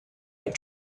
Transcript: had